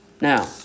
Now